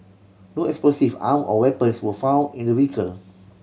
no explosive arm or weapons were found in the vehicle